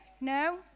No